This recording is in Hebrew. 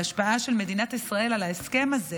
ההשפעה של מדינת ישראל על ההסכם הזה